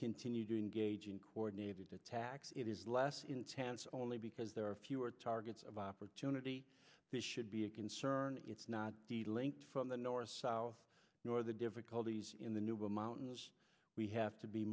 continue to engage in coordinated attacks it is less intense only because there are fewer targets of opportunity that should be a concern it's not the link from the north south nor the difficulties in the nuba mountains we have to be